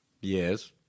Yes